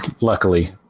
Luckily